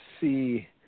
see